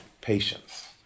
patience